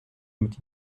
mit